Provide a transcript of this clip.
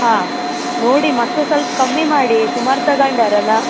ಹಾಂ ನೋಡಿ ಮತ್ತೆ ಸ್ವಲ್ಪ ಕಮ್ಮಿ ಮಾಡಿ ಸುಮಾರು ತಗೊಂಡರಲ್ಲ